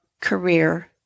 career